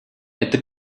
это